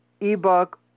ebook